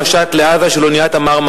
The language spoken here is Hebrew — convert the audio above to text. שדורש את זה מהממשלה שלנו כתנאי להמשך היחסים.